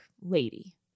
lady